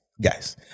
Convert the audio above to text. guys